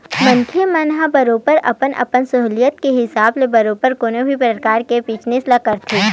मनखे मन ह बरोबर अपन अपन सहूलियत के हिसाब ले बरोबर कोनो भी परकार के बिजनेस ल करथे